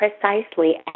precisely